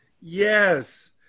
Yes